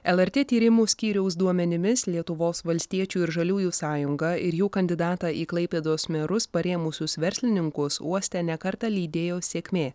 lrt tyrimų skyriaus duomenimis lietuvos valstiečių ir žaliųjų sąjungą ir jų kandidatą į klaipėdos merus parėmusius verslininkus uoste ne kartą lydėjo sėkmė